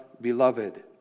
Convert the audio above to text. Beloved